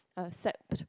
accept